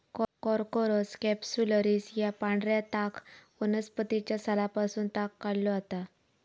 Corchorus कॅप्सुलरिस या पांढऱ्या ताग वनस्पतीच्या सालापासून ताग काढलो जाता